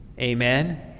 Amen